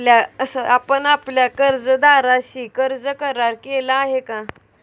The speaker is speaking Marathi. आपण आपल्या कर्जदाराशी कर्ज करार केला आहे का?